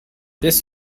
this